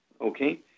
Okay